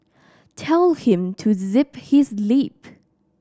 tell him to zip his lip